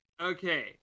Okay